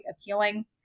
appealing